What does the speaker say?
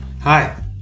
Hi